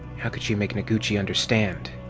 how could she make noguchi understand?